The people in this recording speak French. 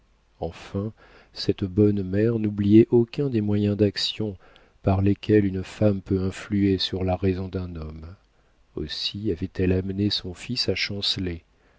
enfin cette bonne mère n'oubliait aucun des moyens d'action par lesquels une femme peut influer sur la raison d'un homme aussi avait-elle amené son fils à chanceler